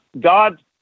God